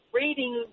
reading